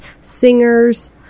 singers